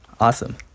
Awesome